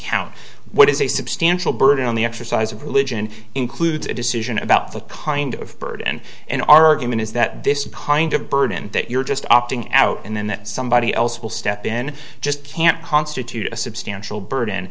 count what is a substantial burden on the exercise of religion includes a decision about the kind of bird and an argument is that this behind a burden that you're just opting out and that somebody else will step in just can't constitute a substantial burden